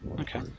Okay